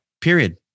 period